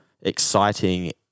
exciting